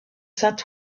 saint